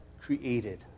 created